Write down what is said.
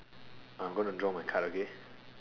I'm gonna draw my card okay